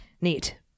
Neat